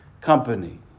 company